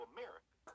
America